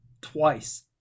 twice